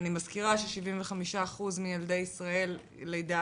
אני מזכירה ש-75% מילדי ישראל מגיל לידה